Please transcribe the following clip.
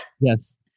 Yes